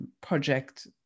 project